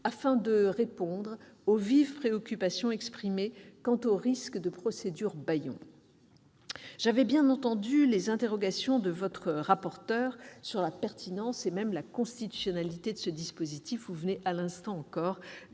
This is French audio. afin de répondre aux vives préoccupations exprimées quant au risque de « procédures bâillons ». J'avais bien entendu les interrogations de votre rapporteur sur la pertinence et même la constitutionnalité de ce dispositif. Nous en avions débattu